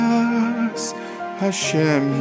Hashem